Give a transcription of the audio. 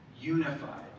unified